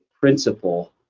principle